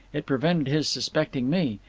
it prevented his suspecting me.